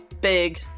big